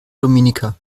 dominica